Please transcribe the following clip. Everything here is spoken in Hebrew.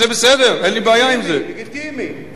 זה בסדר, אין לי בעיה עם זה לגיטימי, לגיטימי.